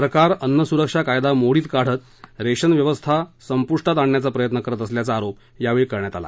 सरकार अन्न सुरक्षा कायदा मोडीत काढीत रेशन व्यवस्था संपृष्ठात आणण्याचा प्रयत्न करत असल्याचा आरोप यावेळी करण्यात आला